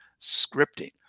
scripting